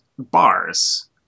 bars